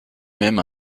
même